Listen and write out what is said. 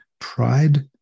pride